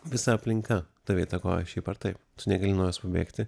visa aplinka tave įtakoja šiaip ar taip tu negali nuo jos pabėgti